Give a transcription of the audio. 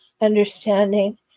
understanding